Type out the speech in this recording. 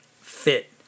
fit